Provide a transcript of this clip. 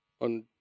on